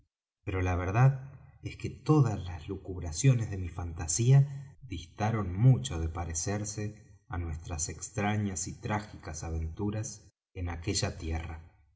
pero la verdad es que todas las lucubraciones de mi fantasía distaron mucho de parecerse á nuestras extrañas y trágicas aventuras en aquella tierra